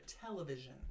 television